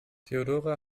theodora